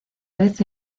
vez